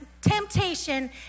temptation